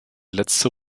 letzte